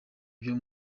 byo